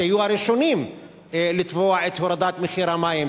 שיהיו הראשונים לתבוע את הורדת מחיר המים,